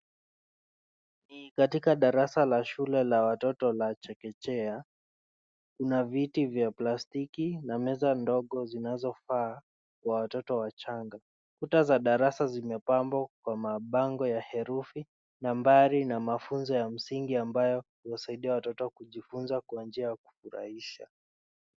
Katika darasa la shule la watoto la chekechea, una viti vya plastiki na meza ndogo zinazo faa watoto wachanga. Kuta za darasa zimepambwa kwa mabango ya herufi, nambari na mafunzo ya msingi ambayo husaidia watoto kujifunza kwa njia ya kufurahisha.